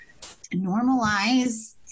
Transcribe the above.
normalize